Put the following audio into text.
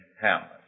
Hamlet